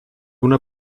una